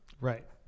Right